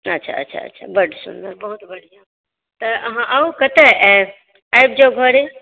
अच्छा अच्छा अच्छा बड्ड सुन्दर बहुत बढ़िआँ तऽ अहाँ आउ कतऽ आयब आबि जाउ घरे